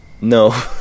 No